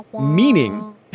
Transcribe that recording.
Meaning